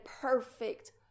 perfect